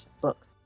books